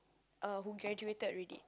uh who graduated already